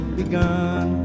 begun